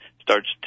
starts